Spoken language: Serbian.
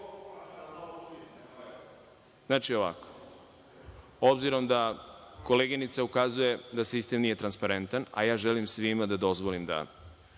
ovako, obzirom da koleginica ukazuje da sistem nije transparentan, a ja želim svima da dozvolim da